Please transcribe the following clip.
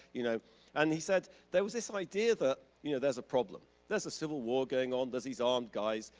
you know and he said, there was this idea that you know there's a problem. there's a civil war going on. there's these armed guys.